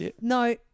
No